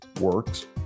works